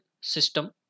System